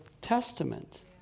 Testament